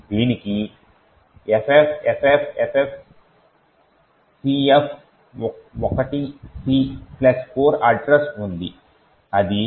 దీనికి FFFFCF1C plus 4 address ఉంది అది FFFFCF20